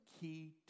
key